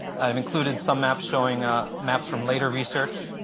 i've included some maps showing ah maps from later research,